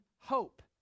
hope